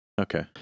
Okay